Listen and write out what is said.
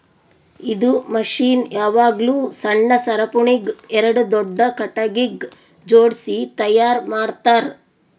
ಇದು ಮಷೀನ್ ಯಾವಾಗ್ಲೂ ಸಣ್ಣ ಸರಪುಳಿಗ್ ಎರಡು ದೊಡ್ಡ ಖಟಗಿಗ್ ಜೋಡ್ಸಿ ತೈಯಾರ್ ಮಾಡ್ತರ್